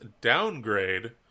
downgrade